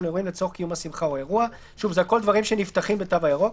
לאירועים לצורך קיום השמחה או האירוע" זה הכול דברים שנפתחים בתו הירוק,